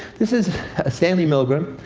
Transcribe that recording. this is stanley milgram,